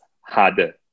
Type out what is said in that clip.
harder